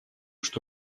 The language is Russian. что